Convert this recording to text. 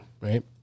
right